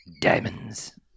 Diamonds